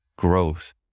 growth